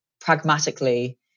pragmatically